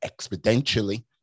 Exponentially